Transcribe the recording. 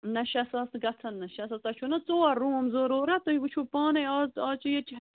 نہَ شےٚ ساس گژھَن نہٕ تۄہہِ چھُو نا ژور روٗم ضروٗرت تُہۍ وُِچھُو پانے اَز اَز چھُ ییٚتہِ چھُ